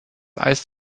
eis